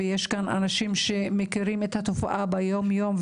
יש כאן אנשים שמכירים את התופעה ביום-יום,